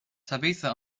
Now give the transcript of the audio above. tabitha